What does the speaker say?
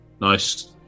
nice